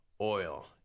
oil